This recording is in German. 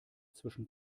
zwischen